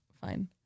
fine